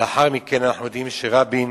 לאחר מכן אנחנו יודעים שרבין